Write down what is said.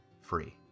free